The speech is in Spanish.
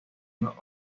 los